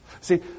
See